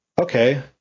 okay